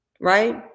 right